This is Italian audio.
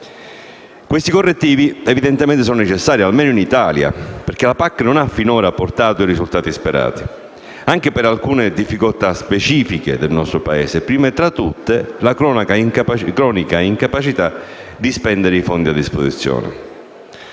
Questi correttivi evidentemente sono necessari, almeno in Italia, perché la PAC non ha finora portato ai risultati sperati, anche per alcune difficoltà specifiche del nostro Paese, prima tra tutte la cronica incapacità di spendere i fondi a disposizione.